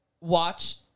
watch